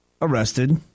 arrested